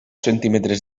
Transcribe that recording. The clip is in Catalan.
centímetres